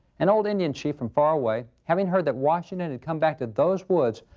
an old indian chief from far away, having heard that washington had come back to those woods,